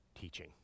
teaching